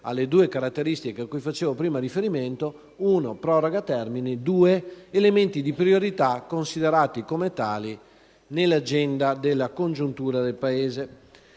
alle due caratteristiche cui facevo prima riferimento: la prima, la proroga dei termini; la seconda, elementi di priorità considerati come tali nell'agenda della congiuntura del Paese.